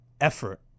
effort